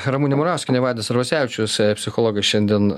ramunė murauskienė vaidas arvasevičius psichologai šiandien